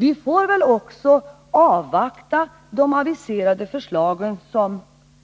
Vi får väl också avvakta de aviserade förslag som